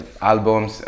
albums